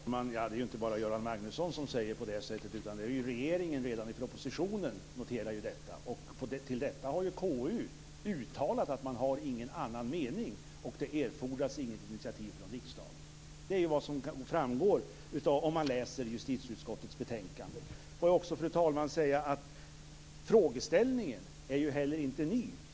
Fru talman! Det är inte bara Göran Magnusson som säger på det sättet, utan det är regeringen som redan i propositionen noterar detta. Med anledning av det har KU uttalat att man inte har någon annan mening och att det inte erfordras något initiativ från riksdagen. Det är vad som framgår av justitieutskottets betänkande. Frågeställningen är heller inte ny.